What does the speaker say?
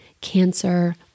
cancer